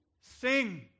sing